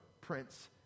prince